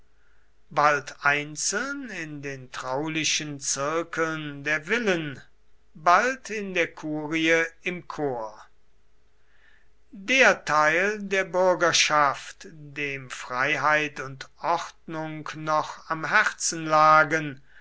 bald einzeln in den traulichen zirkeln der villen bald in der kurie im chor der teil der bürgerschaft dem freiheit und ordnung noch am herzen lagen